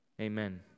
amen